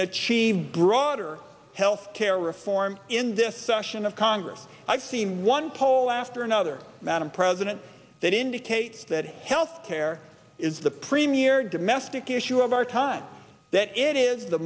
achieve broader health care reform in this session of congress i've seen one poll after another madam president that indicates that health care is the premier domestic issue of our time that it is the